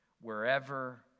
wherever